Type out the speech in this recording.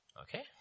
Okay